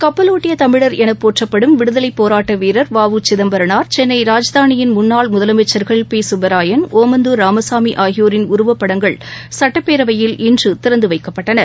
கப்பலோட்டியதமிழர் எனபோற்றப்படும் விடுதவைப்போராட்டவீரர் வ உ சிதம்பரனார் சென்னை ராஜ்தானியின் முன்னாள் முதலமைச்சர்கள் பிசுப்பராயன் ஒமந்தூர் ராமசாமிஆகியோரின் உருவப்படங்கள் சுட்டப்பேரவையில் இன்றுதிறந்துவைக்கப்பட்டன